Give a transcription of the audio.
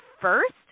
first